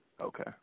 Okay